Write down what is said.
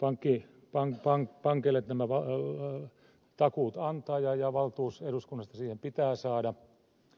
pankin bank bank bankille pankeille nämä takuut antaa ja valtuus eduskunnasta siihen pitää saada